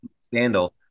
scandal